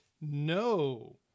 No